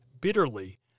bitterly